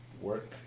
work